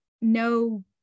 no